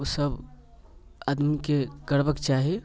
उ सभ आदमीके करबाक चाही